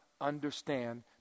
understand